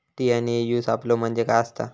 TNAU सापलो म्हणजे काय असतां?